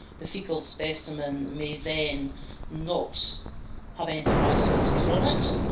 the faecal specimen may then not have anything isolated from it,